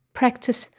practice